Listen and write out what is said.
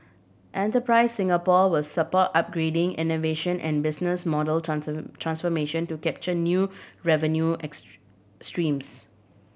Enterprise Singapore will support upgrading innovation and business model transformation to capture new revenue streams